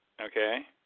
okay